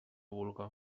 vulga